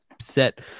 set